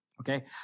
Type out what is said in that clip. Okay